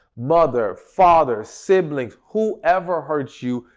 mother, father, siblings, whoever hurts you,